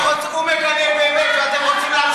ההבדל בינו ובינך הוא שהוא מגנה באמת ואתם רוצים להציל את ביבי,